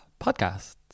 podcasts